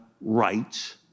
rights